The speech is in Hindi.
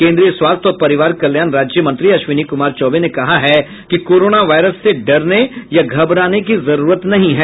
केन्द्रीय स्वास्थ्य और परिवार कल्याण राज्य मंत्री अश्विनी कुमार चौबे ने कहा है कि कोरोना वायरस से डरने या घबराने की जरूरत नहीं है